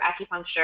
acupuncture